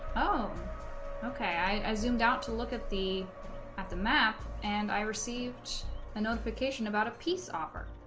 oh okay i assumed out to look at thee at the map and i received a notification about a peace offer